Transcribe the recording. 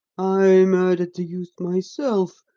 i murdered the youth myself.